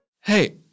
Hey